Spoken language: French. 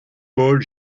paul